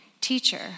Teacher